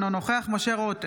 אינו נוכח משה רוט,